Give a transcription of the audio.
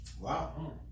Wow